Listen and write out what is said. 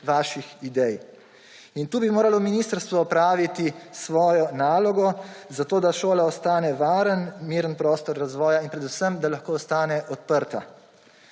vaših idej. In tu bi moralo ministrstvo opraviti svojo nalogo, zato da šola ostane varen, miren prostor razvoja in predvsem da lahko ostane odprta.